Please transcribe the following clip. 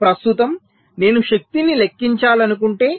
ప్రస్తుతం నేను శక్తిని లెక్కించాలనుకుంటే